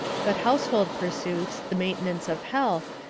but household pursuits, the maintenance of health,